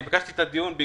ביקשתי את הדיון,